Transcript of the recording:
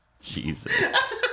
Jesus